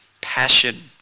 passion